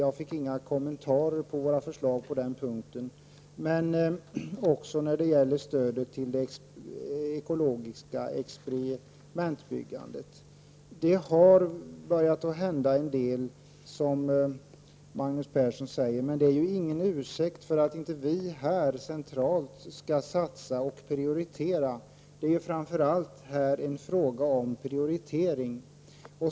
Jag fick inga kommentarer till våra förslag på den punkten, inte heller i fråga om stöd till det ekologiska experimentbyggandet. Det har börjat hända en del, som Magnus Persson säger, men det är ingen ursäkt för att vi centralt inte skall satsa och prioritera. Det är framför allt en fråga om prioritering.